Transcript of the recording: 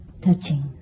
touching